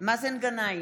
מאזן גנאים,